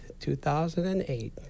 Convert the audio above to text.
2008